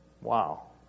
Wow